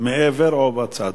מעבר או בצד.